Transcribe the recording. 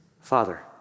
Father